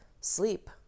sleep